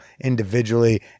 individually